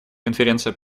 конференция